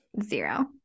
Zero